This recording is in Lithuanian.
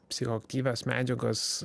psichoaktyvios medžiagos